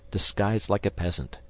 disguised like a peasant.